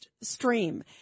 stream